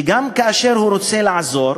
וגם כאשר הם רוצים לעזור,